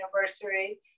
anniversary